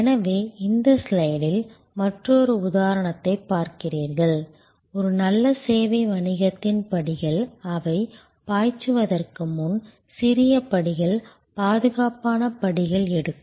எனவே இந்த ஸ்லைடில் மற்றொரு உதாரணத்தைப் பார்க்கிறீர்கள் ஒரு நல்ல சேவை வணிகத்தின் படிகள் அவை பாய்ச்சுவதற்கு முன் சிறிய படிகள் பாதுகாப்பான படிகள் எடுக்கும்